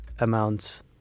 amounts